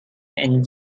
and